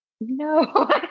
No